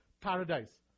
paradise